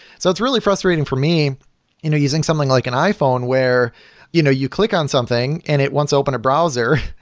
so it's really frustrating for me you know using something like an iphone where you know you click on something in it once opened a browser,